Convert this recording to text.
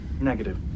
Negative